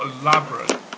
elaborate